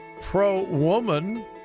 pro-woman